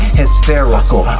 hysterical